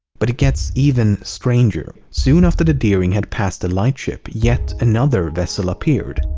but it gets even stranger. soon after the deering had passed the lightship, yet another vessel appeared.